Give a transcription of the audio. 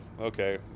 okay